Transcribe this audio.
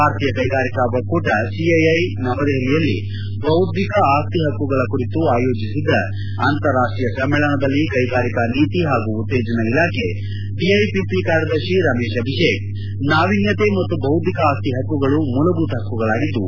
ಭಾರತೀಯ ಕೈಗಾರಿಕಾ ಒಕ್ಕೂಟ ಸಿಐಐ ನವದೆಹಲಿಯಲ್ಲಿ ಬೌದ್ಧಿಕ ಆಸ್ತಿ ಹಕ್ಕುಗಳ ಕುರಿತು ಆಯೋಜಿಸಿದ್ದ ಅಂತಾರಾಷ್ವೀಯ ಸಮ್ಮೇಳನದಲ್ಲಿ ಕೈಗಾರಿಕಾ ನೀತಿ ಹಾಗೂ ಉತ್ತೇಜನ ಇಲಾಖೆ ಡಿಐಪಿಪಿ ಕಾರ್ಯದರ್ಶಿ ರಮೇಶ್ ಅಭಿಷೇಕ್ ನಾವಿನ್ಯತೆ ಮತ್ತು ಬೌದ್ದಿಕ ಆಸ್ತಿ ಹಕ್ಕುಗಳು ಮೂಲಭೂತ ಹಕ್ಕುಗಳಾಗಿದ್ದು